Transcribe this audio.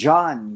John